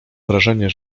wrażenie